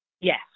Yes